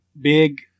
Big